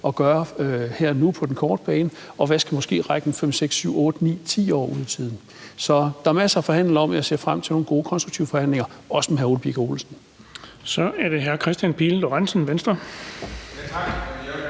at gøre her og nu på den korte bane, og hvad der måske skal række 5, 6, 7, 8, 9, 10 år ud i fremtiden. Så der er masser at forhandle om, og jeg ser frem til nogle gode, konstruktive forhandlinger, også med hr. Ole Birk Olesen. Kl. 20:23 Den fg. formand (Erling Bonnesen):